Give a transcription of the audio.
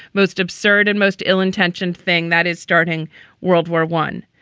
most absurd and most ill intentioned thing that is starting world war one.